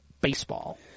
baseball